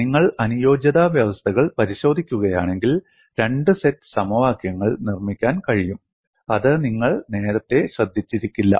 നിങ്ങൾ അനുയോജ്യത വ്യവസ്ഥകൾ പരിശോധിക്കുകയാണെങ്കിൽ രണ്ട് സെറ്റ് സമവാക്യങ്ങൾ നിർമ്മിക്കാൻ കഴിയും അത് നിങ്ങൾ നേരത്തെ ശ്രദ്ധിച്ചിരിക്കില്ല